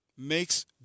makes